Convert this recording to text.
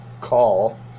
call